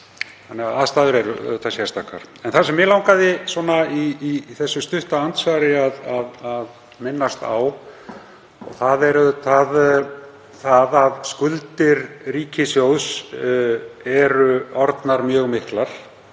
þannig að aðstæður eru allsérstakar. En það sem mig langaði í þessu stutta andsvari að minnast á er að skuldir ríkissjóðs eru orðnar mjög miklar